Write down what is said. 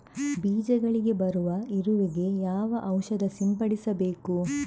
ಬೀಜಗಳಿಗೆ ಬರುವ ಇರುವೆ ಗೆ ಯಾವ ಔಷಧ ಸಿಂಪಡಿಸಬೇಕು?